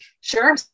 sure